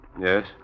Yes